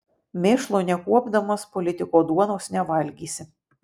mėšlo nekuopdamas politiko duonos nevalgysi